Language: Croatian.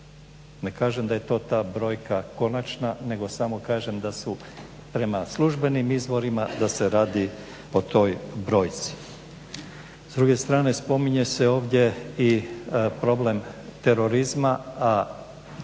Ne kažem da je to ta brojka konačna, nego samo kažem da su prema službenim izvorima da se radi o toj brojci. S druge strane, spominje se ovdje i problem terorizma.